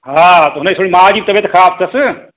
हा हुनजी थोरी माउ जी तबियत खराब तस